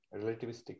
Relativistic